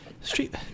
Street